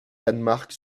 danemark